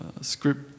script